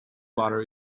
butter